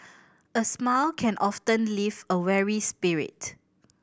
a smile can often lift a weary spirit